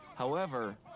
however,